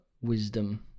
wisdom